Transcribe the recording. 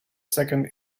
second